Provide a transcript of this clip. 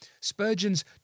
Spurgeon's